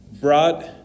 brought